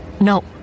No